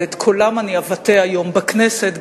ואת קולם אני אבטא היום בכנסת,